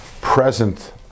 present